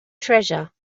treasure